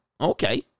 Okay